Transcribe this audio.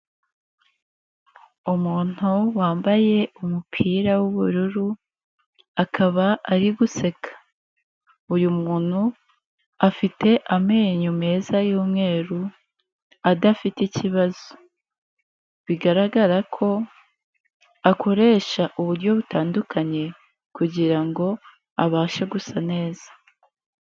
Umuntu wambaye umupira w'ubururu akaba ari guseka, uyu muntu afite amenyo meza y'umweru adafite ikibazo, bigaragara ko akoresha uburyo butandukanye kugira ngo abashe gusa neza.